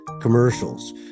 commercials